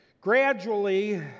Gradually